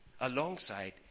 alongside